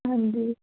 ਹਾਂਜੀ